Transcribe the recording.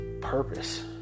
purpose